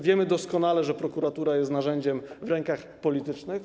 Wiemy doskonale, że prokuratura jest narzędziem w rękach politycznych.